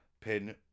pin